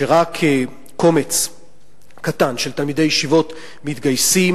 שרק קומץ קטן של תלמידי ישיבות מתגייסים,